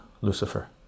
Lucifer